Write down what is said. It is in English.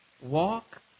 walk